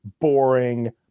boring